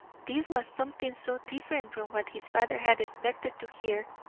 this was something so different from what his father had expected to hear,